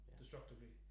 destructively